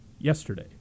yesterday